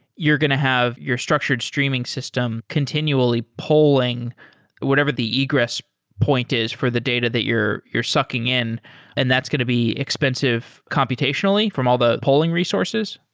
you're going to have your structured streaming system continually pulling whatever the egress point is for the data that you're sucking sucking in and that's going to be expensive computationally from all the pulling resources?